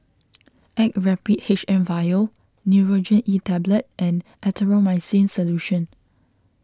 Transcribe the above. Actrapid H M vial Nurogen E Tablet and Erythroymycin Solution